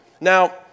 Now